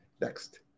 Next